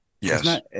Yes